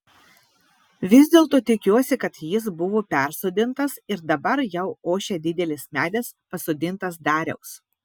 vis dėlto tikiuosi kad jis buvo persodintas ir dabar jau ošia didelis medis pasodintas dariaus